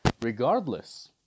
regardless